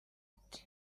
ati